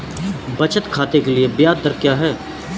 बचत खाते के लिए ब्याज दर क्या है?